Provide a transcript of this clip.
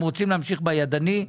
הם רוצים להמשיך בידני,